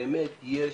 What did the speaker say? באמת יש